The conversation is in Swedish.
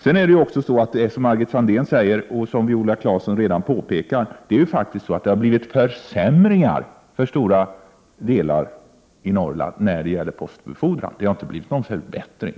Som Margit Sandéhn och Viola Claesson redan har påpekat har det blivit försämringar för stora delar av Norrland när det gäller postbefordran. Det har inte blivit någon förbättring.